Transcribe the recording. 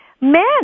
Men